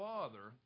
Father